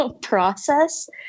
process